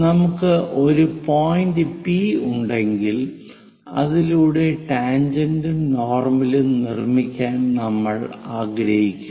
നമുക്ക് ഒരു point P ഉണ്ടെങ്കിൽ അതിലൂടെ ടാൻജെന്റും നോർമലും നിർമ്മിക്കാൻ നമ്മൾ ആഗ്രഹിക്കുന്നു